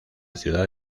ciudad